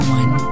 one